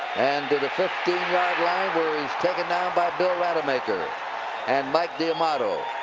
and to the fifteen yard line, where he's taken down by bill rademacher and mike d'amato.